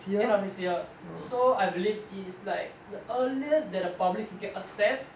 end of next year so I believe it is like the earliest that the public can get access